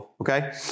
okay